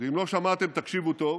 ואם לא שמעתם, תקשיבו טוב.